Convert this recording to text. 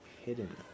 hidden